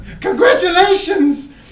Congratulations